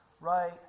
right